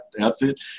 outfit